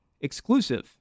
Exclusive